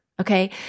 Okay